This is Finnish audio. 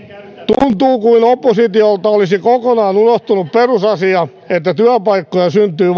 tuntuu kuin oppositiolta olisi kokonaan unohtunut perusasia että työpaikkoja syntyy